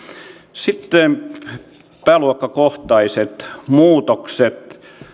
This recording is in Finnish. sitten pääluokkakohtaiset muutokset